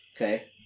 Okay